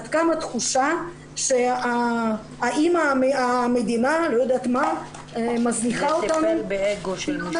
עד כמה התחושה שאם המדינה, מזניחה אותנו, אנחנו